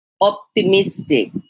optimistic